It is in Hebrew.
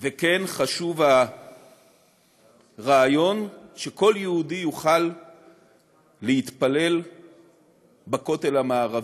וכן חשוב הרעיון שכל יהודי יוכל להתפלל בכותל המערבי.